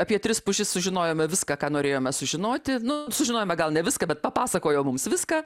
apie tris pušis sužinojome viską ką norėjome sužinoti nu sužinojome gal ne viską bet papasakojo mums viską